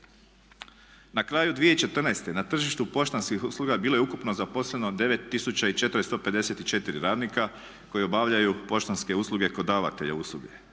Na kraju 2014. na tržištu poštanskih usluga bilo je ukupno zaposleno 9 tisuća i 454 radnika koji obavljaju poštanske usluge kod davatelja usluge.